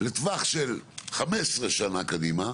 לטווח של 15 שנים קדימה,